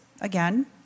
again